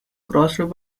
crossed